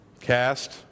Cast